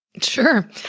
Sure